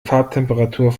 farbtemperatur